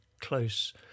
close